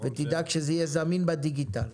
ותדאג שזה יהיה זמין בדיגיטל.